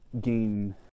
gain